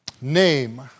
name